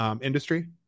industry